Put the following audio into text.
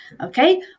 Okay